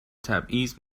تبعیض